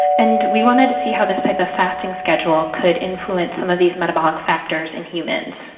and we wanted to see how this type of fasting schedule could influence some of these metabolic factors in humans.